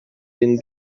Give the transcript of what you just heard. been